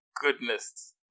goodness